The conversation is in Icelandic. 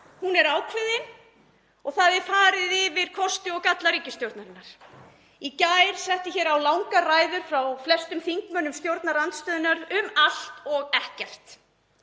hún er ákveðin og það er farið yfir kosti og galla ríkisstjórnarinnar. Í gær voru settar hér á langar ræður frá flestum þingmönnum stjórnarandstöðunnar um allt og ekkert